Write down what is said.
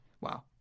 wow